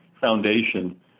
foundation